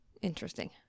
Interesting